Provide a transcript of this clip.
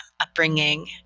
upbringing